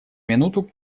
минуту